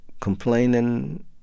complaining